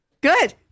Good